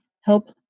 help